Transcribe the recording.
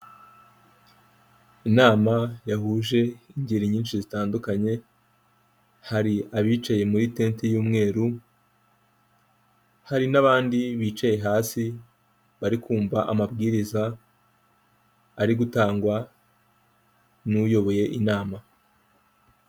Inama yahuje ingeri nyinshi zitandukanye hari abicaye muri tente y'umweru hari n'abandi bicaye hasi bari kumva amabwiriza, ari gutangwa n'uyoboye inama.